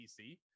PC